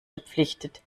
verpflichtet